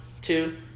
two